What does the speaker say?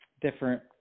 different